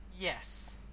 yes